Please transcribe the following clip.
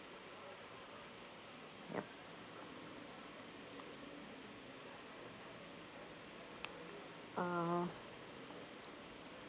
yup err